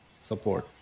support